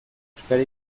euskara